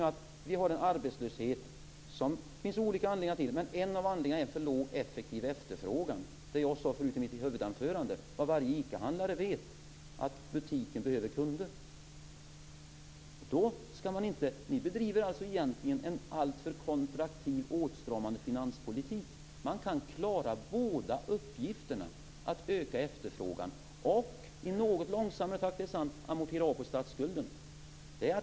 Vi vet att vi har en arbetslöshet som det finns olika anledningar till. En av anledningarna är för låg effektiv efterfrågan. Som jag sade förut i mitt huvudanförande vet varje ICA handlare att butiken behöver kunder. Regeringen bedriver egentligen en alltför kontraktil, åtstramande finanspolitik. Man kan klara båda uppgifterna. Man kan klara efterfrågan och i något långsammare takt - det är sant - amortera av statsskulden.